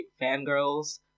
fangirls